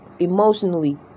emotionally